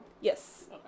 Yes